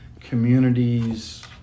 communities